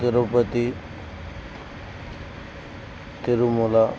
Tirupati Tirumala